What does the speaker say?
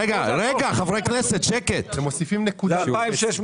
כמה מקרים מתייאשים